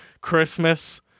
Christmas